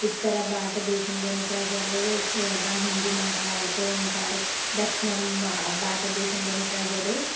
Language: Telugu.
ఉత్తర భారత దేశంలోని ప్రజలు ఎక్కువగా హిందీ మాట్లాడుతూ ఉంటారు దక్షిణం భారతదేశంలోని ప్రజలు